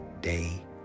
day